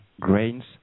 grains